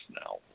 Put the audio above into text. now